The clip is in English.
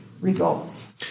results